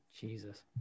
Jesus